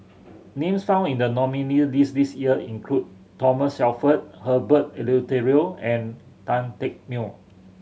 names found in the nominees' list this year include Thomas Shelford Herbert Eleuterio and Tan Teck Neo